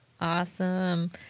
Awesome